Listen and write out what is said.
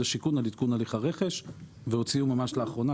השיכון על עדכון הליך הרכש והוציאו ממש לאחרונה,